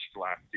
last